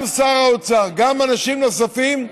גם שר האוצר, גם אנשים נוספים,